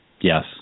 Yes